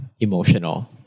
emotional